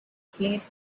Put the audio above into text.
played